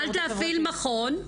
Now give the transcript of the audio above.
יכולת להפעיל מכון.